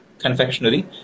confectionery